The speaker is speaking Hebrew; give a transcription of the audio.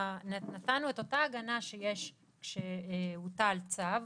נתנו את אותה הגנה שהייתה על צו.